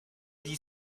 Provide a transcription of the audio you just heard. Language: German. die